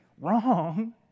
Wrong